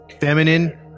feminine